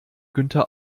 günther